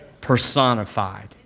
personified